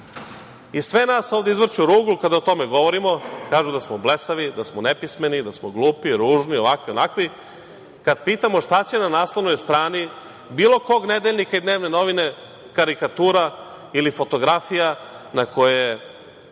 nas ovde izvrću ruglu kada o tome govorimo, kažu da smo blesavi, da smo nepismeni, da smo glupi, ružni, ovakvi, onakvi, kad pitamo šta će na naslovnoj strani bilo kog nedeljnika i dnevnih novina karikatura ili fotografija na kojoj